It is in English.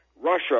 Russia